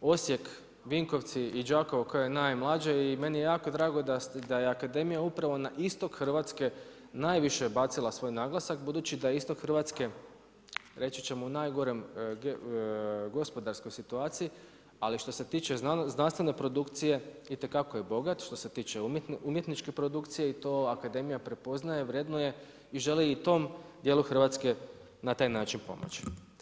Osijek, Vinkovci i Đakovo koje je najmlađe i meni je jako drago da je Akademija upravo na istok Hrvatska najviše bacila svoj naglasak, budući da je istok Hrvatske reći ćemo u najgoroj gospodarskoj situaciji, ali što se tiče znanstvene produkcije, itekako je bogat, što se tiče umjetničke produkcije i to, akademija prepoznaje, vrednuje i želi i tom dijelu Hrvatske i na taj način pomoći.